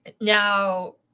now